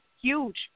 huge